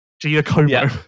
Giacomo